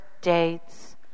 dates